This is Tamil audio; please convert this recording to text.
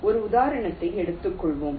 ஒரு உதாரணத்தை எடுத்துக் கொள்வோம்